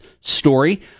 story